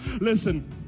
Listen